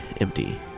empty